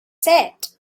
set